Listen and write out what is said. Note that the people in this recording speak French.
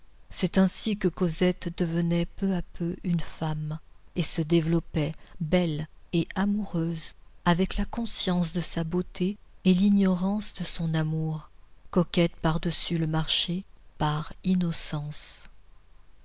c'est ainsi que cosette devenait peu à peu une femme et se développait belle et amoureuse avec la conscience de sa beauté et l'ignorance de son amour coquette par-dessus le marché par innocence